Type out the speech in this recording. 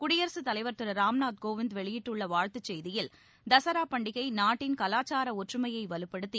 குடியரசுத் தலைவர் திரு ராம்நாத் கோவிந்த் வெளியிட்டுள்ள வாழ்த்து செய்தியில் தசரா பண்டிகை நாட்டின் கலாச்சார ஒற்றுமையை வலுப்படுத்தி